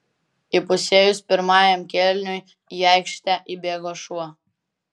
įpusėjus pirmajam kėliniui į aikštę įbėgo šuo